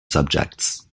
subjects